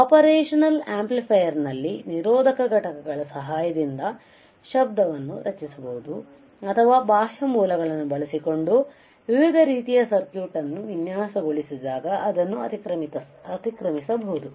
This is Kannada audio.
ಆಪರೇಶನಲ್ ಆಂಪ್ಲಿಫೈಯರ್ನಲ್ಲಿನ ನಿರೋಧಕ ಘಟಕಗಳ ಸಹಾಯದಿಂದ ಶಬ್ದವನ್ನು ರಚಿಸಬಹುದು ಅಥವಾ ಬಾಹ್ಯ ಮೂಲಗಳನ್ನು ಬಳಸಿಕೊಂಡು ವಿವಿಧ ರೀತಿಯ ಸರ್ಕ್ಯೂಟ್ ಅನ್ನು ವಿನ್ಯಾಸಗೊಳಿಸಿದಾಗ ಅದನ್ನು ಅತಿಕ್ರಮಿಸಬಹುದು